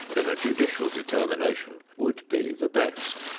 then a judicial determination would be the best.